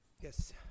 yes